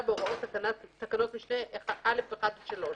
בהוראות תקנות משנה (א)(1) עד (3).